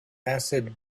acid